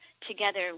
together